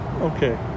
okay